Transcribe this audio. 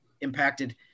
impacted